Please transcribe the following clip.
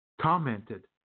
commented